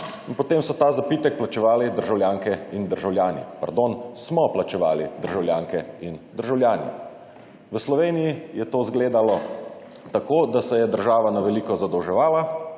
potem so ta zapitek plačevali državljanke in državljani. Pardon, smo plačevali državljanke in državljani. V Sloveniji je to izgledalo tako, da se je država na veliko zadolževala,